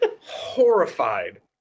horrified